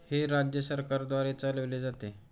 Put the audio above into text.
हे राज्य सरकारद्वारे चालविले जाते